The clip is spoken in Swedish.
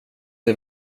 det